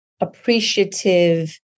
appreciative